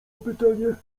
pytanie